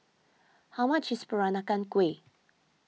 how much is Peranakan Kueh